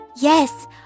Yes